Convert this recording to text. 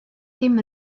ddim